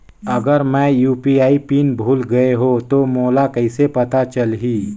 अगर मैं UPI PIN भुल गये हो तो मोला कइसे पता चलही?